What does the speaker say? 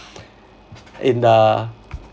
in the